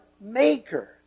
Maker